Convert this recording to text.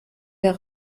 der